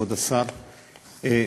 כבוד השר, תראו,